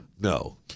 No